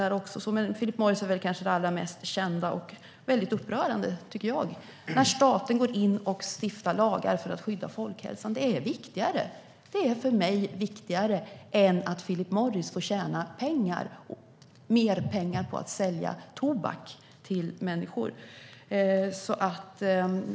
Philip Morris är dock det mest kända, och det var upprörande. För mig är det viktigare att staten stiftar lagar för att skydda folkhälsan än att Philip Morris ska få tjäna mer pengar på att sälja tobak till människor.